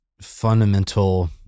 fundamental